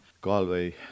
Galway